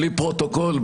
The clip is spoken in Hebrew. בלי פרוטוקול,